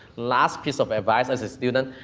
last piece of advice as a student,